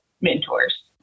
mentors